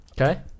Okay